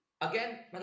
Again